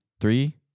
three